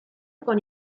con